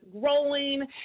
growing